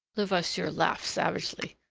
levasseur laughed savagely.